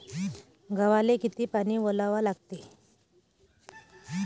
गव्हाले किती पानी वलवा लागते?